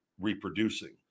reproducing